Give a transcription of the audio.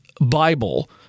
Bible